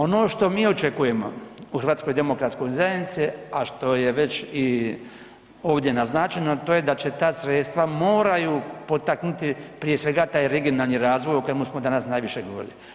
Ono što mi očekujemo u HDZ-u a što je već ovdje naznačeno, to je da će ta sredstva moraju potaknuti prije svega taj regionalni razvoj o kojemu smo danas najviše govorili.